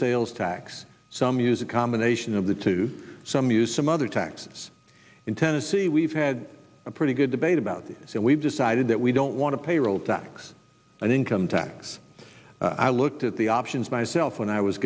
sales tax some use a combination of the two some use some other taxes in tennessee we've had a pretty good debate about this so we've decided that we don't want to payroll tax and income tax i looked at the options myself when i was